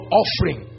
offering